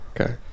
Okay